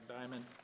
Diamond